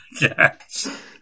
Yes